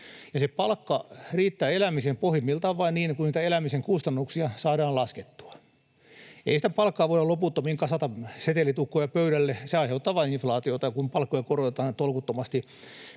se palkka riittää elämiseen pohjimmiltaan vain niin, että niitä elämisen kustannuksia saadaan laskettua. Ei sitä palkkaa voida loputtomiin korottaa, kasata setelitukkoja pöydälle. Se aiheuttaa vain inflaatiota, kun palkkoja korotetaan tolkuttomasti.